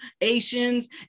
Asians